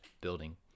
building